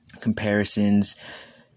comparisons